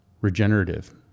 regenerative